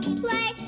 play